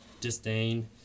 disdain